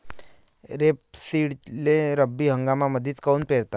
रेपसीडले रब्बी हंगामामंदीच काऊन पेरतात?